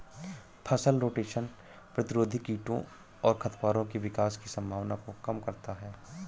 फसल रोटेशन प्रतिरोधी कीटों और खरपतवारों के विकास की संभावना को कम करता है